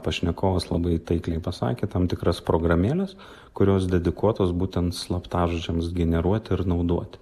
pašnekovas labai taikliai pasakė tam tikras programėles kurios dedikuotos būtent slaptažodžiams generuoti ir naudoti